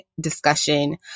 discussion